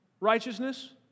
righteousness